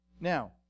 Now